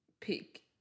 pick